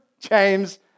James